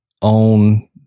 on